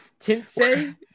Tensei